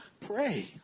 pray